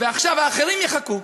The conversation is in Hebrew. ועכשיו האחרים יחכו.